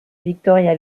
victoria